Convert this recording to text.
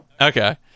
Okay